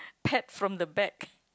pat from the back